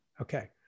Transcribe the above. Okay